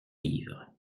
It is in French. livres